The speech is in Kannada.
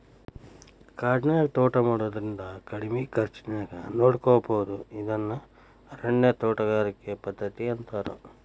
ಕಾಡಿನ್ಯಾಗ ತೋಟಾ ಮಾಡೋದ್ರಿಂದ ಕಡಿಮಿ ಖರ್ಚಾನ್ಯಾಗ ನೋಡ್ಕೋಬೋದು ಇದನ್ನ ಅರಣ್ಯ ತೋಟಗಾರಿಕೆ ಪದ್ಧತಿ ಅಂತಾರ